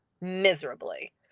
miserably